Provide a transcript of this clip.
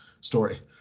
story